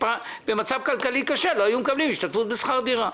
במצב כלכלי קשה לא היו מקבלים השתתפות בשכר דירה.